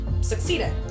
succeeded